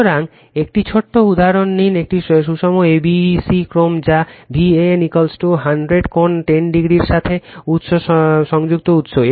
সুতরাং একটি ছোট উদাহরণ নিন একটি সুষম abc ক্রম যা Van 100 কোণ 10o এর সাথে সংযুক্ত উৎস